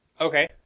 Okay